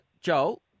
Joel